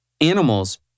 animals